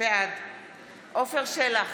בעד עפר שלח,